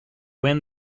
win